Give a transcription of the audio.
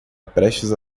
prestes